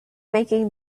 making